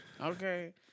Okay